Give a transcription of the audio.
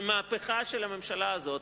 וזו מהפכה של הממשלה הזאת,